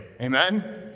Amen